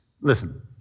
Listen